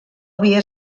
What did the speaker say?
havia